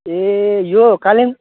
ए यो कालिम्पोङ